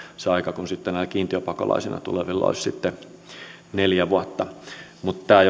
se aika kun sitten näillä kiintiöpakolaisina tulevilla olisi neljä vuotta tämä